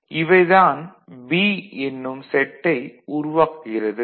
இவை தான் B என்னும் செட்டை உருவாக்குகிறது